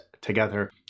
together